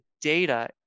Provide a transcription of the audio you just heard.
data